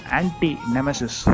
anti-nemesis